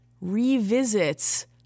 revisits